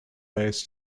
days